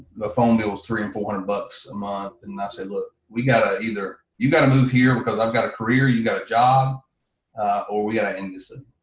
the phone bills, three and four hundred bucks a month and i say look, we gotta either, you gotta move here because i've got a career, you got a job or we gotta end this ah